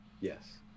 Yes